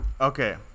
Okay